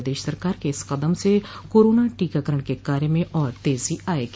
प्रदेश सरकार के इस कदम से कोरोना टीकाकरण के कार्य में और तेजी आयेगी